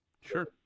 Sure